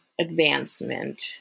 advancement